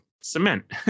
Cement